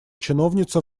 чиновница